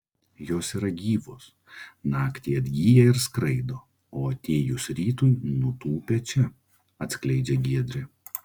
jos yra gyvos naktį atgyja ir skraido o atėjus rytui nutūpia čia atskleidžia giedrė